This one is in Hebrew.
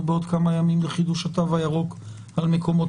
בעוד כמה ימים לחידוש התו הירוק על מקומות